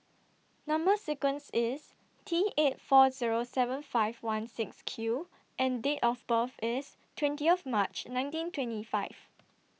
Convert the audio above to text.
Number sequence IS T eight four Zero seven five one six Q and Date of birth IS twentieth March nineteen twenty five